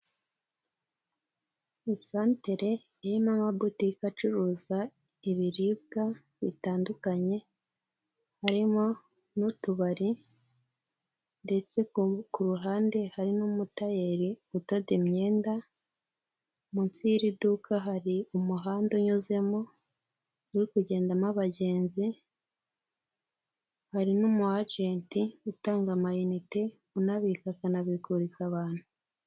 Isantere irimo amabotiki acuruza ibiribwa bitandukanye harimo n'utubari ndetse kuru ruhande hari n'umutayeri udoda imyenda, munsi y'i duka hari umuhanda unyuzemo uri kugendamo abagenzi hari n'umwajeti utanga amayinite unabika, akanabikuriza abantu.